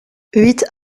huit